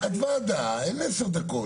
אין עשר דקות.